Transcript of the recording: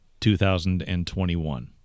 2021